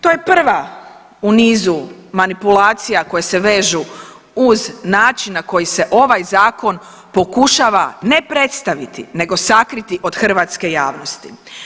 To je prva u nizu manipulacija koje se vežu uz način na koji se ovaj zakon pokušava ne predstaviti nego sakriti od hrvatske javnosti.